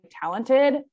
talented